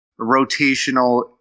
rotational